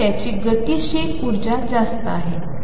तर त्याची गतीशील उर्जा जास्त आहे